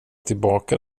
tillbaka